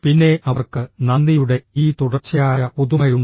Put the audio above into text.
പിന്നെ അവർക്ക് നന്ദിയുടെ ഈ തുടർച്ചയായ പുതുമയുണ്ട്